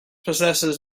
possesses